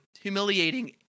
humiliating